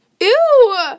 Ew